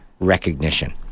Recognition